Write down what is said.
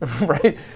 Right